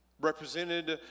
represented